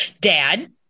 Dad